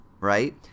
right